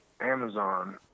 Amazon